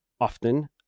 often